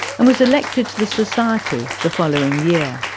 and was elected to the society the following year.